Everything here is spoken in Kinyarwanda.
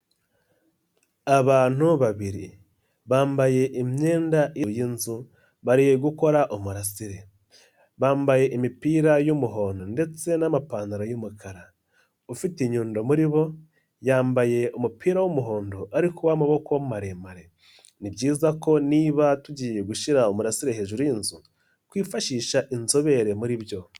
Abantu babiri, bambaye imyenda yinzu bari gukora umurasire, bambaye imipira y'umuhondo ndetse n'amapantaro y'umukara, ufite inyundo muri bo yambaye umupira w'umuhondo ariko w'amaboko maremare, ni byiza ko niba tugiye gushyira umurasire hejuru yinzu kwifashisha inzobere muri byo.